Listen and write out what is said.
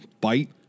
bite